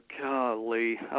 golly